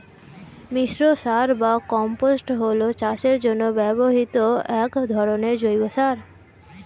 মিশ্র সার বা কম্পোস্ট হল চাষের জন্য ব্যবহৃত এক ধরনের জৈব সার